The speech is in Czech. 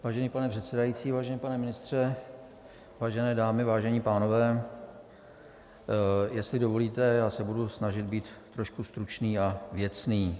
Vážený pane předsedající, vážený pane ministře, vážené dámy, vážení pánové, jestli dovolíte, já se budu snažit být trošku stručný a věcný.